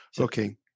Okay